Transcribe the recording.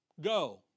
go